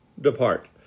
depart